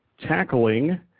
tackling